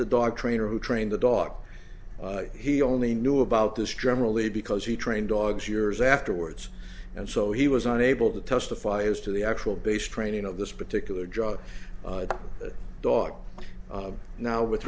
the dog trainer who trained the dog he only knew about this generally because he trained dogs years afterwards and so he was unable to testify as to the actual base training of this particular drug dog now with